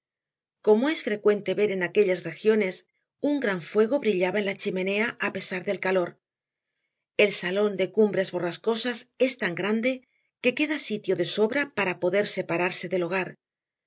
como es frecuente ver en aquellas regiones un gran fuego brillaba en la chimenea a pesar del calor el salón de cumbres borrascosas es tan grande que queda sitio de sobra para poder separarse del hogar